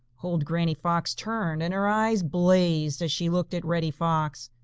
old granny fox turned, and her eyes blazed as she looked at reddy fox.